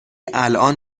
الان